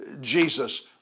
Jesus